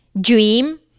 dream